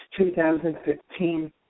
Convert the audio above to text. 2015